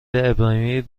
ابراهیمی